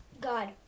God